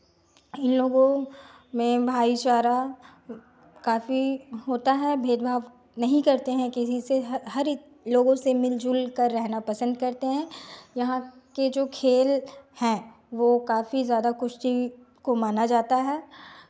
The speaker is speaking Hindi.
इनलोगों में भाई चारा काफी होता है भेदभाव नहीं करते हैं किसी से हरेक लोगों से मिल जुलकर रहना पसंद करते हैं यहाँ के जो खेल हैं वो काफी ज़्यादा कुश्ती को माना जाता है